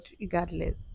regardless